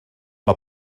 mae